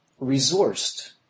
resourced